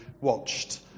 watched